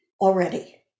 Already